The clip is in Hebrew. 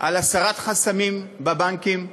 על הסרת חסמים בבנקים,